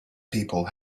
people